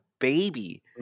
baby